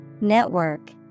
network